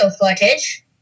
footage